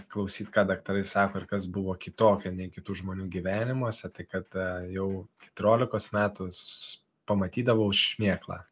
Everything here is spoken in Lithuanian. klausyt ką daktarai sako ir kas buvo kitokia nei kitų žmonių gyvenimuose tai kad jau keturiolikos metų s pamatydavau šmėklą